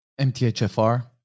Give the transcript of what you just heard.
MTHFR